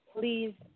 please